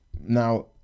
Now